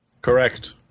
Correct